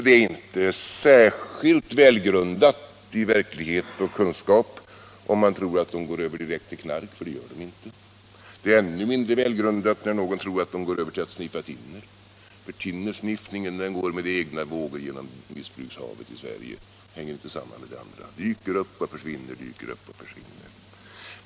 Det är inte särskilt välgrundat att tro att de direkt går över till knark. Det gör de inte. Ännu mindre välgrundat är att tro att de går över till att sniffa thinner, för thinnersniffningen går med egna vågor genom missbrukshavet i Sverige. Den hänger inte samman med det andra utan dyker upp och försvinner, dyker upp och försvinner.